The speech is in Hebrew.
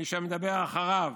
מי שמדבר אחריו